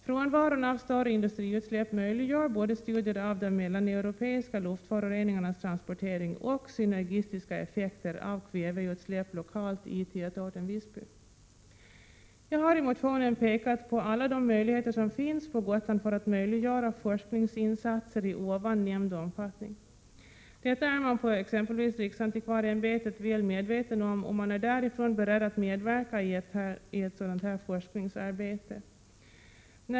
Frånvaron av större industriutsläpp möjliggör studier av både de mellaneuropeiska luftföroreningarnas transportering och synergistiska effekter av kväveutsläpp lokalt i tätorten Visby. Jag har i motionen pekat på alla de möjligheter som finns på Gotland för att möjliggöra forskningsinsatser i nämnd omfattning. Detta är man på t.ex. riksantikvarieämbetet väl medveten om, och man är därifrån beredd att medverka i ett sådant forskningsarbete.